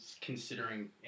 considering